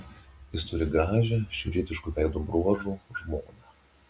jis turi gražią šiaurietiškų veido bruožų žmoną